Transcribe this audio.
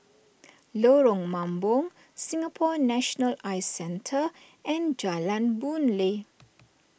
Lorong Mambong Singapore National Eye Centre and Jalan Boon Lay